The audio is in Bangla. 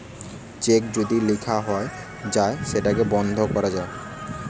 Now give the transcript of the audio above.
চেক যদি লিখা হয়ে যায় সেটাকে বন্ধ করা যায়